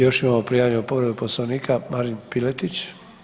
Još imamo prijavljenu povredu Poslovnika, Marin Piletić.